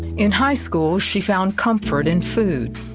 in high school, she found comfort in food.